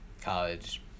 college